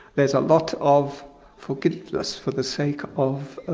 there's a lot of forgiveness for the sake of